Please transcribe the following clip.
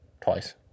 twice